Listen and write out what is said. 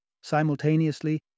Simultaneously